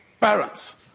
parents